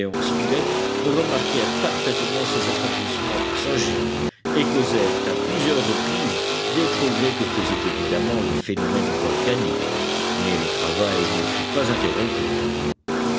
spilett remarquèrent parfaitement ces assombrissements passagers et causèrent à plusieurs reprises des progrès que faisait évidemment le phénomène volcanique mais le travail ne fut pas interrompu